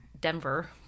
Denver